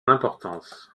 importance